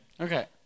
Okay